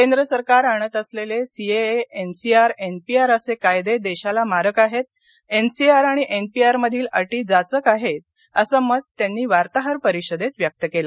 केंद्र सरकार आणत असलेले सीएए एनसीआर एनपीआर असे कायदे देशाला मारक आहेत एनसीआर आणि एनपीआर मधील अटी जाचक आहेत असं मत त्यांनी वार्ताहर परिषदेत व्यक्त केलं